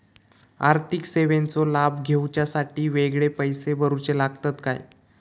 आर्थिक सेवेंचो लाभ घेवच्यासाठी वेगळे पैसे भरुचे लागतत काय?